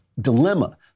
dilemma